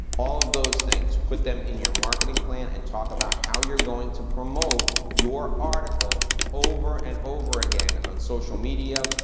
all of those things, put them in your marketing plan and talk about how you're going to promote your article over and over again on social media.